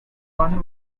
one